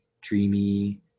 dreamy